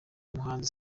umuhanzi